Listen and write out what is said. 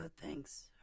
thanks